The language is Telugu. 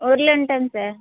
ఊళ్ళో ఉంటాము సార్